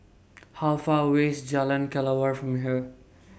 How Far away IS Jalan Kelawar from here